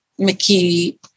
McKee